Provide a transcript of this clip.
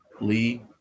Lee